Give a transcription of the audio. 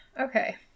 Okay